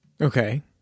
Okay